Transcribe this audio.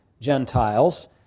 Gentiles